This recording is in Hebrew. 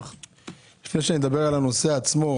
לפני שנדבר על הנושא עצמו,